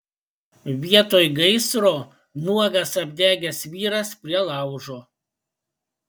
vietoj gaisro nuogas apdegęs vyras prie laužo